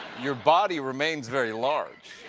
your body remains very large.